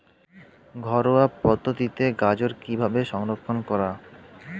ঘরোয়া পদ্ধতিতে গাজর কিভাবে সংরক্ষণ করা?